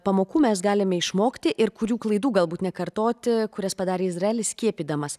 pamokų mes galime išmokti ir kurių klaidų galbūt nekartoti kurias padarė izraelis skiepydamas